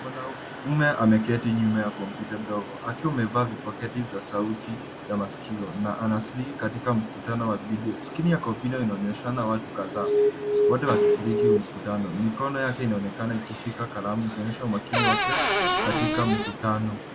Mwanaume ameketi nyuma ya kompyuta ndogo akiwa amevaa vipaketi za sauti za masikio na anashiriki katika mkutano wa video . Skrini ya kompyuta inaonyeshana watu kadhaa wote wakiriski ukutano. Mikono yake inaonekana ikishika kalamu ikionyesha umakini wake katika mkutano.